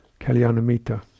Kalyanamita